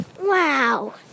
Wow